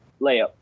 layup